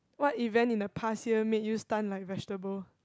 what event in the past year made you stun like vegetable